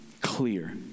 clear